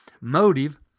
motive